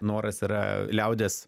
noras yra liaudies